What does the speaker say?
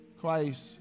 Christ